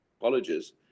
colleges